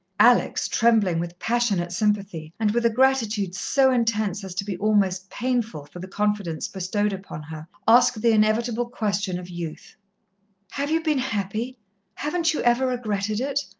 alex, trembling with passionate sympathy, and with a gratitude so intense as to be almost painful, for the confidence bestowed upon her, asked the inevitable question of youth have you been happy haven't you ever regretted it?